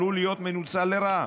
עלול להיות מנוצל לרעה.